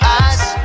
eyes